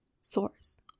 Source